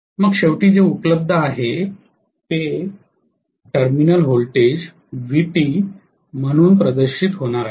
मग शेवटी जे उपलब्ध आहे ते टर्मिनल व्होल्टेज Vt म्हणून प्रदर्शित होणार आहे